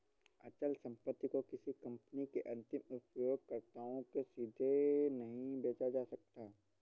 अचल संपत्ति को किसी कंपनी के अंतिम उपयोगकर्ताओं को सीधे नहीं बेचा जा सकता है